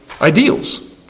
ideals